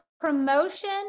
promotion